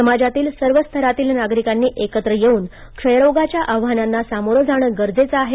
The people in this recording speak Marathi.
समाजातील सर्व स्तरातील नागरिकांनी एकत्र येऊन क्षयरोगाच्या आव्हानांना सामोरं जाणं गरजेचं आहे